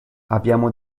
abbiamo